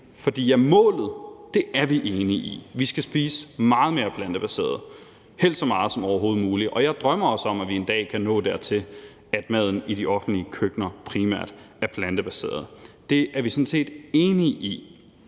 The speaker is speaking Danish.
Målet er vi enige i; vi skal spise meget mere plantebaseret, helst så meget som overhovedet muligt, og jeg drømmer også om, at vi en dag kan nå dertil, at maden i de offentlige køkkener primært er plantebaseret. Det er vi sådan set enige i.